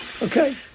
Okay